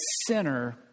sinner